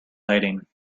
hiding